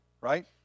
right